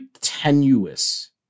tenuous